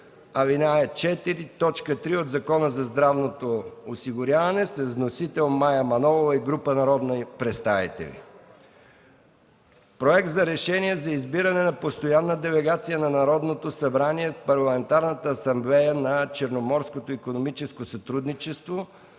ал. 4, т. 3 от Закона за здравното осигуряване. Вносители са Мая Манолова и група народни представители. Проект за решение за избиране на постоянна делегация на Народното събрание в Парламентарната асамблея на Черноморското икономическо сътрудничество.